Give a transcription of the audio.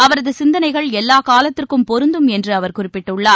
அவரது சிந்தனைகள் எல்லா காலத்திற்கும் பொருந்தும் என்று அவர் குறிப்பிட்டுள்ளார்